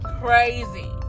crazy